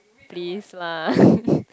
please lah